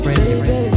baby